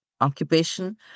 occupation